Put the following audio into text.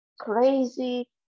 crazy